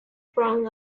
from